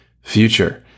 Future